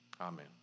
Amen